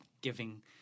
giving